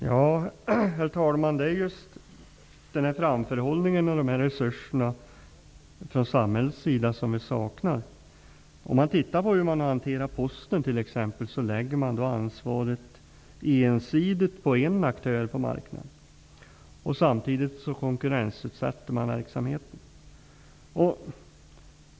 Herr talman! Det är just den framförhållningen med resurserna från samhällets sida som vi saknar. När det t.ex. gäller Posten har ansvaret ensidigt lagts på en aktör på marknaden, och samtidigt konkurrensutsätter man verksamheten.